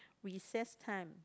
recess time